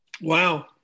wow